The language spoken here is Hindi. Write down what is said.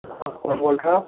कौन बोल रहे हो आप